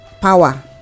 power